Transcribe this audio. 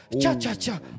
Cha-cha-cha